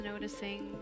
noticing